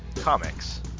Comics